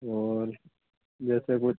और जैसे कुछ